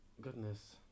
Goodness